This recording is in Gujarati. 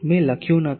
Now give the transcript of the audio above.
મેં લખ્યું નથી